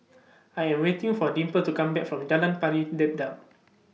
I Am waiting For Dimple to Come Back from Jalan Pari